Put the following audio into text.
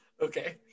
okay